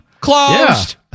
closed